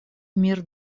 мир